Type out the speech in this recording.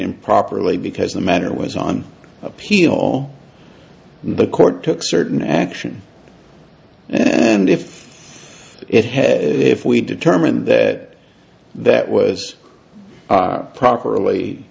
improperly because the matter was on appeal the court took certain action and if it has if we determine that that was properly